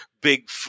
big